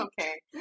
Okay